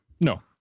no